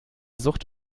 sucht